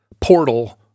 portal